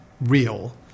real